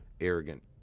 arrogant